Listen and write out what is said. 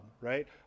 right